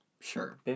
Sure